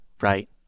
right